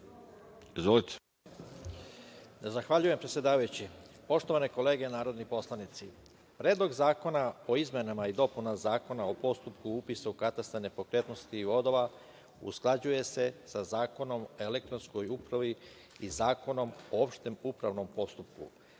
Zahvaljujem, predsedavajući. Poštovane kolege narodni poslanici, Predlog zakona o izmenama i dopunama Zakona o postupku upisa u katastar nepokretnosti i vodova usklađuje se sa Zakonom o elektronskoj upravi i Zakonom o opštem upravnom postupku